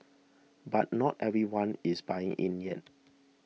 but not everyone is buying in yet